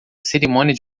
cerimônia